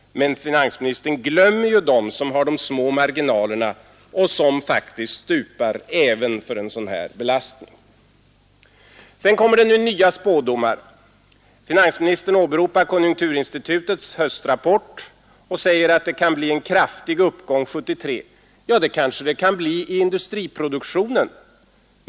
Men finansministern glömmer ju de företag som har små marginaler och som faktiskt stupar även på grund av en sådan här belastning. Det kommer vidare nya spådomar. Finansministern åberopar konjunkturinstitutets höstrapport och säger att det kan bli en kraftig uppgång 1973. Ja, det kanske det kan bli i industriproduktionen.